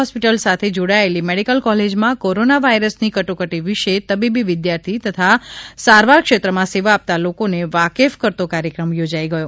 hospital સાથે જોડાયેલી medical કોલેજમાં કોરોના વાયરસ ની કટોકટી વિષે તબીબી વિદ્યાર્થી તથા સારવાર ક્ષેત્રમાં સેવા આપતા લોકોને વાકેફ કરતો કાર્યક્રમ યોજાઇ ગયો